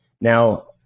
Now